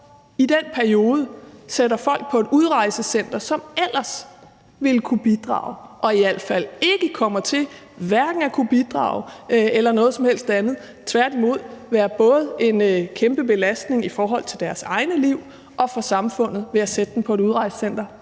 i den periode sætter folk på et udrejsecenter, som ellers ville kunne bidrage, og som i al fald nu hverken kommer til at kunne bidrage eller noget som helst andet. Det vil tværtimod både være en kæmpe belastning i deres egne liv og for samfundet at sætte dem på et udrejsecenter,